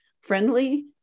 friendly